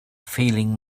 feeling